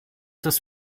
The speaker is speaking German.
dass